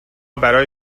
برای